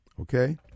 okay